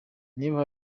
niba